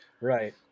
Right